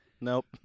Nope